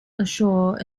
ashore